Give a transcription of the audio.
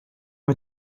mit